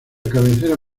cabecera